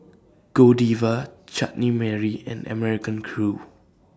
Godiva Chutney Mary and American Crew